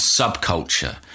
subculture